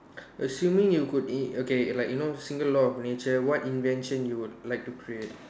assuming you could e~ okay like you know single law of nature what invention you would like to create